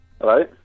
Hello